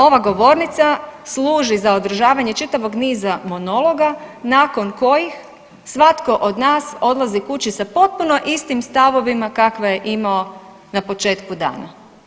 Ova govornica služi za održavanje čitavog niza monologa nakon kojih svatko od nas odlazi kući sa potpuno istim stavovima kakve je imao na početku dana.